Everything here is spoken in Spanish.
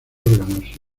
órganos